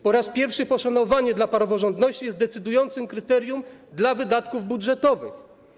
Po raz pierwszy poszanowanie dla praworządności jest decydującym kryterium dla wydatków budżetowych.